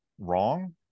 wrong